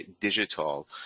digital